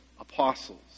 apostles